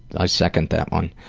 i second that one.